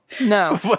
No